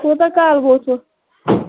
کوٚتاہ کال ووتوٕ